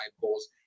goals